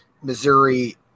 Missouri